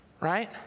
right